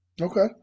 Okay